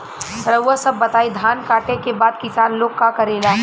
रउआ सभ बताई धान कांटेके बाद किसान लोग का करेला?